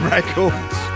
Records